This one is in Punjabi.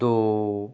ਦੋ